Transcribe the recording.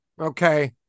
Okay